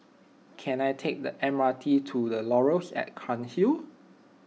can I take the M R T to the Laurels at Cairnhill